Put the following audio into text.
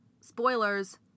spoilers